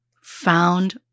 found